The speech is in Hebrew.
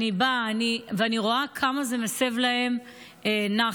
אני באה, ואני רואה כמה זה מסב להם נחת.